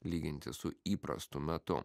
lyginti su įprastu metu